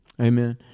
Amen